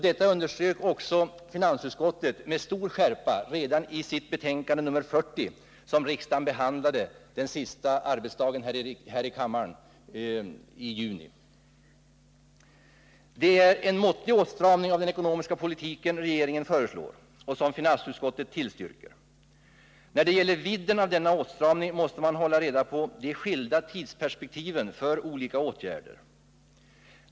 Detta underströk också finansutskottet med stor skärpa redan i sitt betänkande nr 40, som riksdagen behandlade under sin sista arbetsdag i juni. Det är en måttlig åtstramning av den ekonomiska politiken regeringen föreslår och som finansutskottet tillstyrker. När det gäller vidden av denna åtstramning måste man hålla reda på de skilda tidsperspektiven för olika åtgärder.